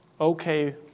okay